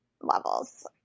levels